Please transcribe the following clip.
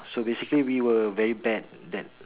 so basically we were very bad that